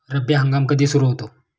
रब्बी हंगाम कधी सुरू होतो?